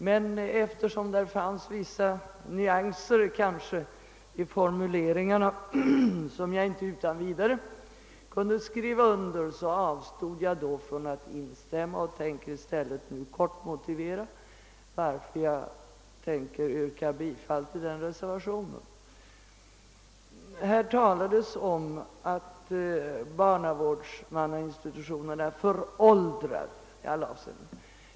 Men eftersom där fanns vissa nyanser i formuleringarna som jag inte utan vidare kunde skriva under, avstod jag från att instämma och vill nu i stället kortfattat motivera varför jag tänker yrka bifall till herr Hanssons reservation. Här har talats om att barnavårdsmannainstitutionen är föråldrad i alla avseenden.